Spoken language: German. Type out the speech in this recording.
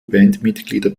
bandmitglieder